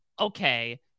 okay